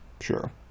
Sure